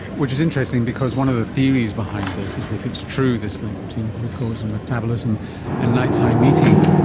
which is interesting because one of the theories behind this is if it's true, this link between glucose and metabolism and night-time eating,